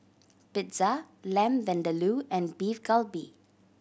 Pizza Lamb Vindaloo and Beef Galbi